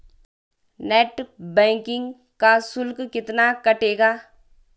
Net banking का शुल्क कितना कटेगा?